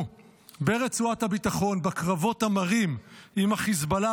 ברצועת הביטחון בקרבות המרים עם החיזבאללה,